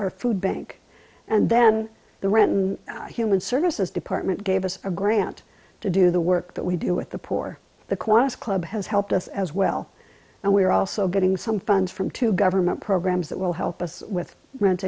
our food bank and then the renton human services department gave us a grant to do the work that we do with the poor the quantised club has helped us as well and we are also getting some funds from to government programs that will help us with rent